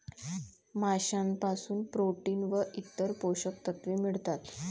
माशांपासून प्रोटीन व इतर पोषक तत्वे मिळतात